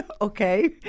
Okay